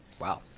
wow